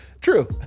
True